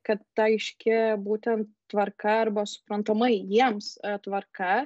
kad ta aiški būtent tvarka arba suprantama jiems tvarka